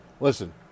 Listen